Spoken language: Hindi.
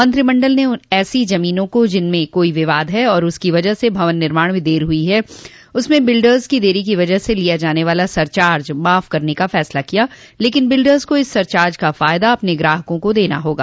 मंत्रिमंडल ने ऐसी जमीनों को जिनमें कोई विवाद है और उसकी वजह से भवन निर्माण में देरी हुई है उसमें बिल्डर्स से देरी की वजह से लिया जाने वाला सरचार्ज माफ करने का फैसला किया लेकिन बिल्डर्स को इस सरचार्ज का फायदा अपने ग्राहकों को देना होगा